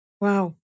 Wow